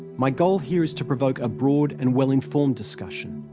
my goal here is to provoke a broad and well-informed discussion.